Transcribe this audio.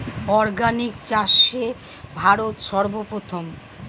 organic চাষে ভারত সর্বপ্রথম